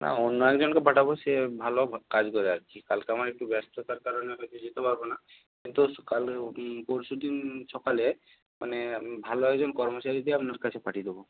না অন্য একজনকে পাঠাব সে ভালো কাজ করে আর কি কালকে আমার একটু ব্যস্ততার কারণে হয়তো যেতে পারব না কিন্তু কাল পরশু দিন সকালে মানে ভালো একজন কর্মচারী দিয়ে আপনার কাছে পাঠিয়ে দেবো